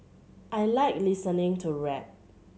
I like listening to rap